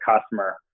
customer